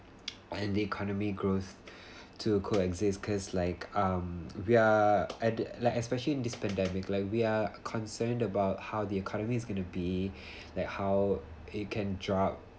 and the economic growth to coexist cause like um we are at like especially in this pandemic like we are concerned about how the economy is gonna be that how it can drop